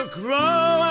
grow